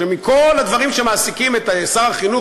שמכל הדברים שמעסיקים את שר החינוך